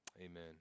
Amen